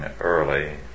early